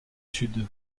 sud